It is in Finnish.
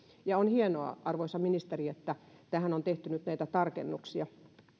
on hienoa arvoisa ministeri että tähän on tehty nyt näitä tarkennuksia